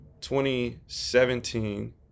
2017